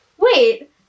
wait